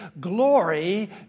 glory